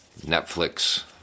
Netflix